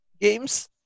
games